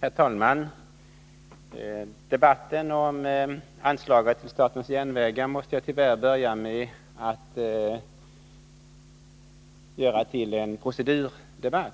Herr talman! Jag måste tyvärr börja mitt inlägg i debatten om anslagen till statens järnvägar med att ta upp en procedurfråga.